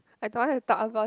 I don't want to talk about